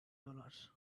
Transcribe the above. dollars